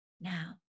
now